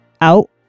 Out